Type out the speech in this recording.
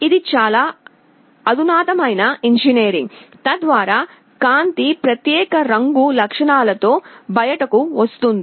ఇది చాలా అధునాతనమైన ఇంజనీరింగ్ తద్వారా కాంతి ప్రత్యేక రంగు లక్షణాలతో బయటకు వస్తుంది